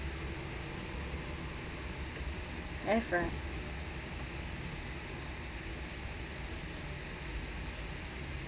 f right